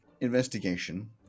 investigation